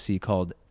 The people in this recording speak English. called